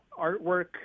artwork